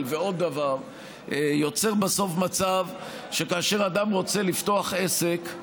ועוד דבר יוצר בסוף מצב שכאשר אדם רוצה לפתוח עסק,